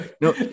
no